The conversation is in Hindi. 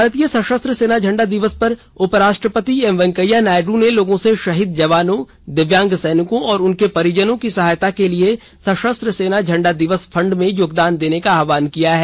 भारतीय सशस्त्र सेना झंडा दिवस पर उपराष्ट्रपति एम वेंकैया नायडू ने लोगों से शहीद जवानों दिव्यांग सैनिकों और उनके परिजनों की सहायता के लिए सशस्त्र सेना झंडा दिवस फंड में योगदान देने का आह्वान किया है